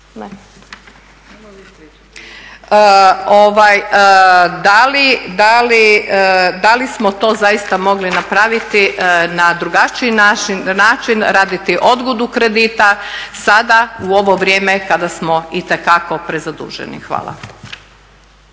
Da li smo to zaista mogli napraviti na drugačiji način, raditi odgodu kredita sada u ovo vrijeme kada smo itekako prezaduženi? Hvala.